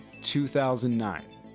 2009